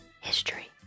history